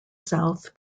south